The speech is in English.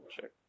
check